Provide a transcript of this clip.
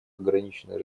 ограничены